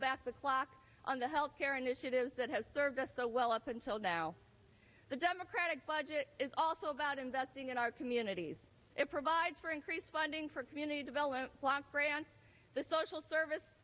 back the clock on the health care initiatives that has served us so well up until now the democratic budget is also about investing in our communities it provides for increased funding for community development block grants the social service